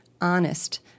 honest